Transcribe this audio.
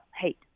hate